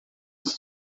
his